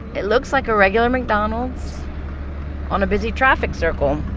it looks like a regular mcdonald's on a busy traffic circle